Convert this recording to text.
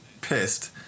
pissed